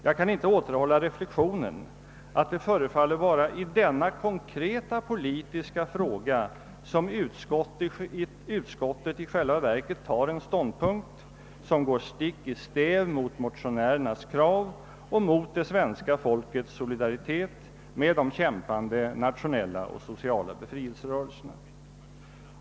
Jag kan inte återhålla reflexionen att det före faller vara i denna konkreta politiska fråga som utskottet i själva verket intar en ståndpunkt som går stick i stäv mot motionärernas krav och mot det svenska folkets solidaritet med de kämpande nationella och sociala frihetsrörelserna.